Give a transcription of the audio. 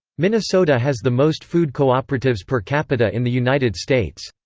minnesota has the most food cooperatives per capita in the united states.